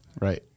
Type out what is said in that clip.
Right